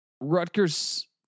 Rutgers